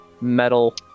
metal